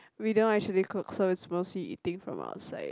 we don't actually cook so is mostly eating from outside